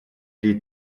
три